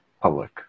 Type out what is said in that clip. public